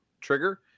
trigger